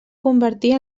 convertir